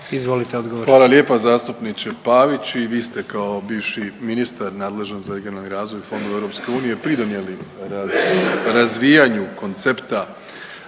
Andrej (HDZ)** Hvala lijepa zastupniče Pavić. I vi ste kao bivši ministar nadležan za regionalni razvoj i fondove EU pridonijeli razvijanju koncepta